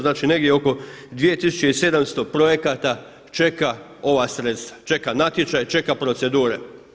Znači, negdje oko 2700 projekata čeka ova sredstva, čeka natječaj, čeka procedure.